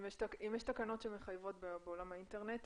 אם יש תקנות שמחייבות בעולם האינטרנט,